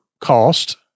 cost